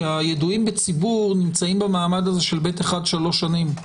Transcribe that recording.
כי הידועים בציבור נמצאים במעמד הזה של ב'1 שלוש שנים,